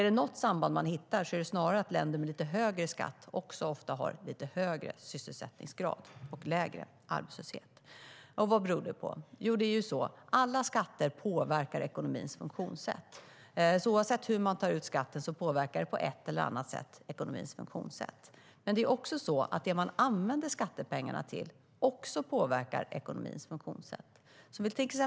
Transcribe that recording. Det samband man kan hitta är att länder med lite högre skatt ofta har en högre sysselsättningsgrad och lägre arbetslöshet. Vad beror det på? Alla skatter påverkar ekonomins funktionssätt. Oavsett hur skatten tas ut påverkar den på ett eller annat sätt ekonomins funktionssätt. Det man använder skattepengarna till påverkar också ekonomins funktionssätt.